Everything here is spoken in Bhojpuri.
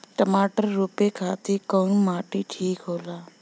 टमाटर रोपे खातीर कउन माटी ठीक होला?